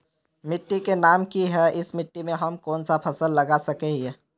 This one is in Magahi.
मिट्टी के नाम की है इस मिट्टी में हम कोन सा फसल लगा सके हिय?